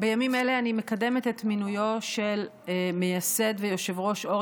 בימים אלה אני מקדמת את מינויו של מייסד ויושב-ראש אור